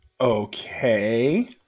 Okay